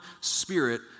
spirit